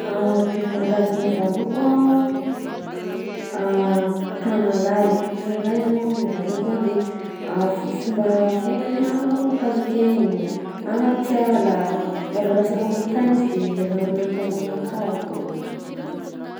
Biby mandady miova loko a: tanalahy, tanalahy io zao a miova loko a de f- fomba fiaignany a ambony kakazo akeny, agnaty ala, raha vao latsaka ambony tany izy de mierigna magnanika ambony kakazo, zany.